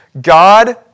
God